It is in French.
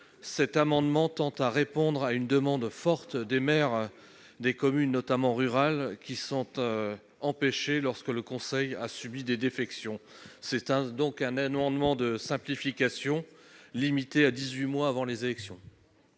cet amendement tend à répondre à une demande forte des maires des communes, notamment rurales qui sentent lorsque le Conseil a subi des défections c'est un donc un un demande de simplification, limité à 18 mois avant les élections.